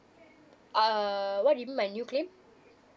err what do you mean by new claim